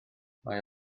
mae